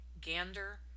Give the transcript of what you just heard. Gander